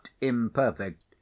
imperfect